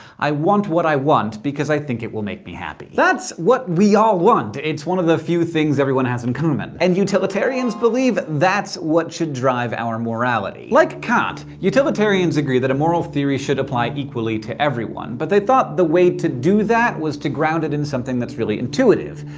i want what i want because i think it will make me happy. that's what we all want it's one of the few things everyone has in common. and utilitarians believe that's what should drive our morality. like kant, utilitarians agree that a moral theory should apply equally to everyone. but they thought the way to do that was to ground it in something that's really intuitive.